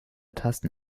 taste